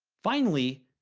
finally,